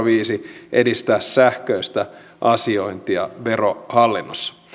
viisi edistää sähköistä asiointia verohallinnossa